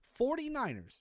49ers